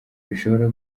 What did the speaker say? bishobora